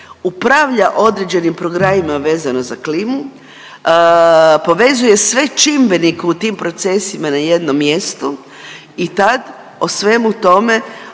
upravlja određenim programima vezano za klimu, povezuje sve čimbenike u tim procesima na jednom mjestu i tad o svemu tome,